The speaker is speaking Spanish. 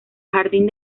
jardín